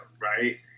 right